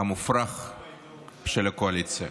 של הקואליציה.